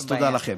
אז תודה לכם.